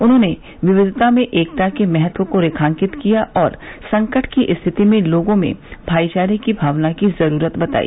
उन्होंने विक्विता में एकता के महत्व को रेखांकित किया और संकट की स्थिति में लोगों में भाई चारे की भावना की जरूरत बताई